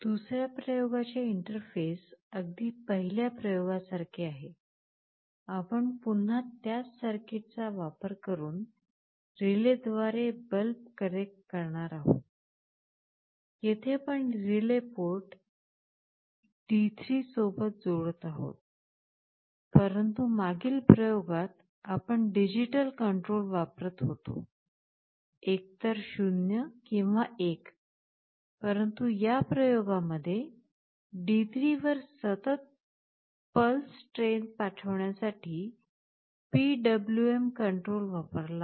दुसर्या प्रयोगाचे इंटरफेस अगदी पाहीलेच्या प्रयोग सारखे आहे आपण पुन्हा त्याच सर्किटचा वापर करून रिलेद्वारे बल्ब कनेक्ट करीत आहोत येथे पण रिले पोर्ट D3 शीसोबत जोडत आहोत परंतु मागील प्रयोगात आपण डिजिटल कंट्रोल वापरत होतो एकतर 0 किंवा 1 परंतु या प्रयोगामध्ये D3 वर सतत पल्स ट्रेन पाठवण्यासाठी PWM कंट्रोल वापरला आहे